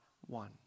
one